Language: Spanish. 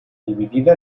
dividida